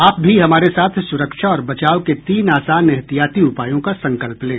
आप भी हमारे साथ सुरक्षा और बचाव के तीन आसान एहतियाती उपायों का संकल्प लें